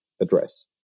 address